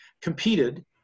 competed